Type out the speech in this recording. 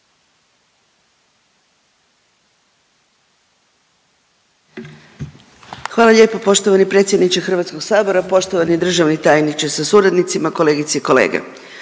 Hvala lijepo poštovani predsjedniče HS. Poštovani državni tajniče sa suradnicima, kolegice i kolege,